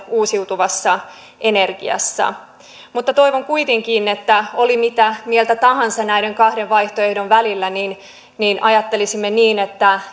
uusiutuvassa energiassa jäämme taakse mutta toivon kuitenkin että oli mitä mieltä tahansa näiden kahden vaihtoehdon välillä niin niin ajattelisimme niin että